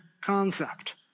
concept